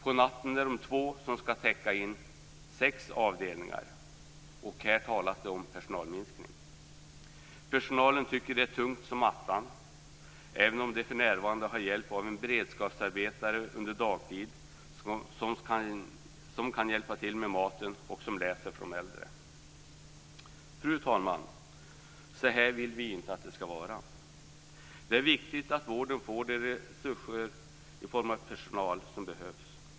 På natten är det två som skall täcka in sex avdelningar, och här talas det om personalminskning. Personalen tycker att det är "tungt som attan", trots att man för närvarande har hjälp av en beredskapsarbetare under dagtid som kan hjälpa till med maten och som läser för de äldre. Fru talman! Så här vill vi inte att det skall vara. Det är viktigt att vården får de resurser i form av personal som behövs.